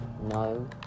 No